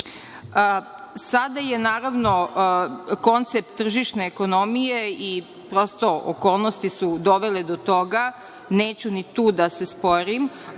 je, naravno, koncept tržišne ekonomije i prosto okolnosti su dovele do toga, neću ni tu da se sporim,